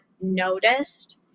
noticed